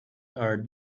are